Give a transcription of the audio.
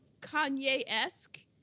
Kanye-esque